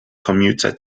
commuter